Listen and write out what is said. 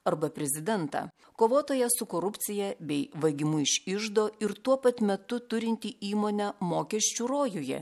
arba prezidentą kovotoją su korupcija bei vaigimu iš iždo ir tuo pat metu turintį įmonę mokesčių rojuje